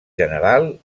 general